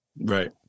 Right